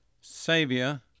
Savior